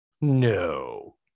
No